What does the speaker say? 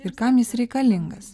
ir kam jis reikalingas